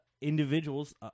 individuals